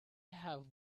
have